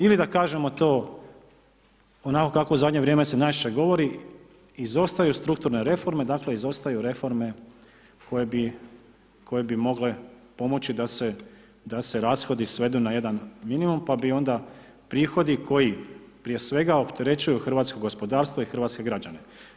Ili da kažemo to onako kako se u zadnje vrijeme najčešće govori, izostaju strukturne reforme, dakle, izostaju reforme, koje bi mogle pomoći da se rashodi svedu na jedan minimum, pa bi onda prihodi, koji prije svega opterećuje hrvatsko gospodarstvo i hrvatske građane.